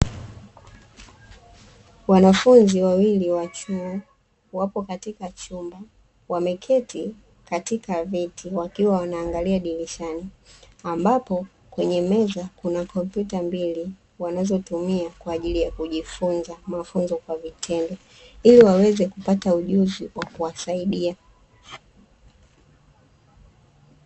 Wanafunzi wawili wa chuo, wapo katika chuo wameketi katika viti, wakiwa wanaangalia dirishani, ambapo kwenye meza kuna kompyuta mbili wanazotumia kwa ajili ya kujifunza mafunzo kwa vitendo, ili waweze kupata ujuzi wa kuwasaidia.